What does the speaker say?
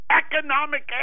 economic